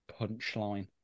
punchline